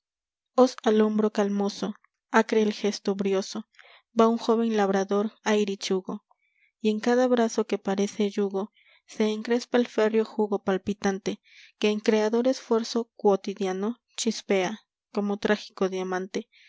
al hombro calmoso acre el gesto brioso va un joven labrador a irichugo y en cada brazo que parece yugo se encrespa el férreo jugo palpitante que en creador esfuerzo cuotidiano chispea como trágico diamante